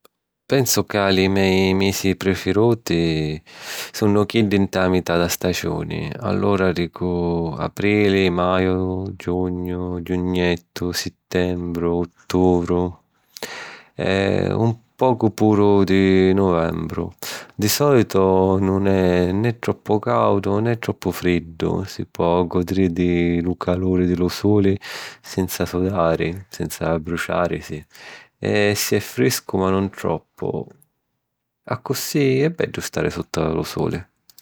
Pensu ca li mei misi prifiruti sunno chiddi ntâ mità da stagiuni, allura dicu aprili, maju, giugnu, giugnettu, sittembru, uttùviru, e un pocu puru di nuvembru. Di sòlitu nun è ne troppu càudu ne troppu friddu, si po gòdiri lu caluri di lu suli senza sudari, senza abbruciàrisi, e si è friscu ma non troppu, accussì è bellu stari sutta lu suli.